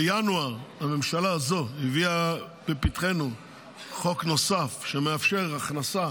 בינואר הממשלה הזאת הביאה לפתחנו חוק נוסף שמאפשר הכנסה